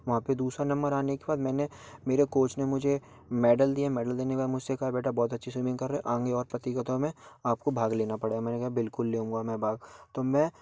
वहाँ पर दूसरा नंबर आने के बाद मैंने मेरे कोच ने मुझे मेडल दिया मेडल देने के बाद मुझसे कहा बेटा बहुत अच्छी स्विमिंग कर रहे हो आगे और प्रतियोगिता में आपको भाग लेना पड़ेगा मैने कहा बिलकुल लूँगा मैं भाग तो मैं